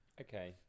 Okay